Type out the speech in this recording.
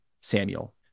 Samuel